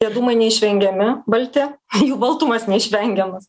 tie dūmai neišvengiami balti jų baltumas neišvengiamas